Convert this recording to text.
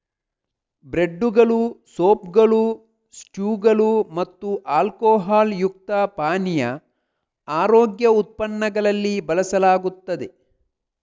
ಬ್ರೆಡ್ದುಗಳು, ಸೂಪ್ಗಳು, ಸ್ಟ್ಯೂಗಳು ಮತ್ತು ಆಲ್ಕೊಹಾಲ್ ಯುಕ್ತ ಪಾನೀಯ ಆರೋಗ್ಯ ಉತ್ಪನ್ನಗಳಲ್ಲಿ ಬಳಸಲಾಗುತ್ತದೆ